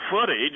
footage